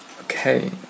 Okay